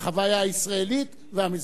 בחוויה הישראלית והמזרח-תיכונית.